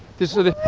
this. what?